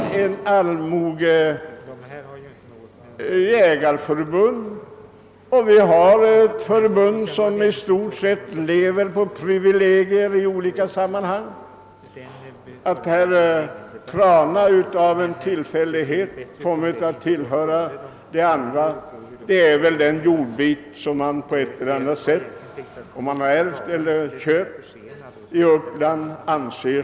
Det finns ett jägarförbund för allmogen, och det finns ett förbund som lever i kraft av privilegier, och herr Trana har av en tillfällighet genom arv eller köp kom mit att få en jordbit i Uppland.